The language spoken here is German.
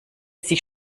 sich